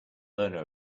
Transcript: learner